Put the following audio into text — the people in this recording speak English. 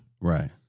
right